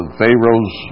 Pharaoh's